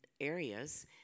areas